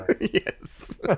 yes